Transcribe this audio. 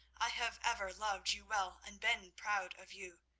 i have ever loved you well, and been proud of you,